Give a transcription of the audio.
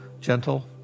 gentle